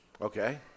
Okay